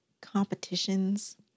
competitions